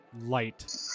light